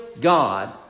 God